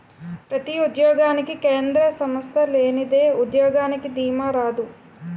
ప్రతి ఉద్యోగానికి కేంద్ర సంస్థ లేనిదే ఉద్యోగానికి దీమా రాదు